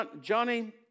Johnny